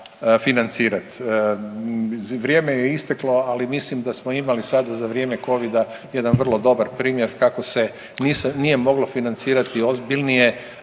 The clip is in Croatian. financirat. Vrijeme je isteklo, ali mislim da smo imali sada za vrijeme covida jedan vrlo dobar primjer kako se nije moglo financirati ozbiljnije